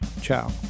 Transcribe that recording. Ciao